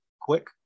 Quick